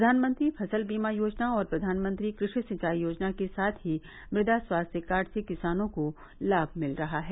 प्रधानमंत्री फसल बीमा योजना और प्रधानमंत्री कृषि सिंचाई योजना के साथ ही मृदा स्वास्थ्य कार्ड से किसानों को लाभ मिल रहा है